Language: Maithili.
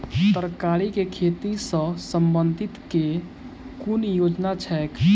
तरकारी केँ खेती सऽ संबंधित केँ कुन योजना छैक?